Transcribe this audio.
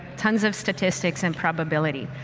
tons of statistics and probability.